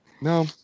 No